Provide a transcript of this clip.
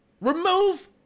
Remove